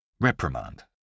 Reprimand